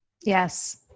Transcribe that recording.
Yes